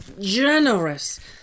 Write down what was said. generous